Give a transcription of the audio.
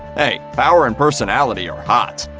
hey, power and personality are hot!